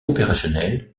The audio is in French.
opérationnelle